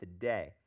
today